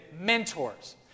mentors